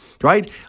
right